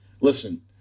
listen